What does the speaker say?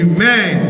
Amen